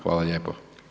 Hvala lijepo.